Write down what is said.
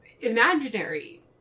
imaginary